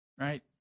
right